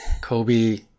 kobe